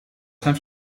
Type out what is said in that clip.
have